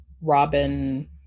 Robin